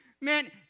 man